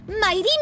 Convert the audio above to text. Mighty